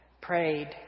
prayed